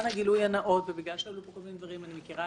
גילוי נאות אני חייבת לומר שאני מכירה